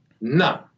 None